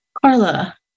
Carla